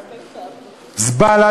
"זבאלה,